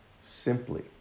simply